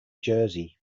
jersey